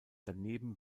daneben